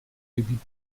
gebiet